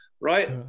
Right